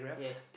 yes